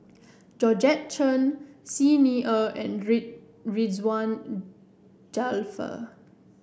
Georgette Chen Xi Ni Er and Rid Ridzwan Dzafir